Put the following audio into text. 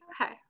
okay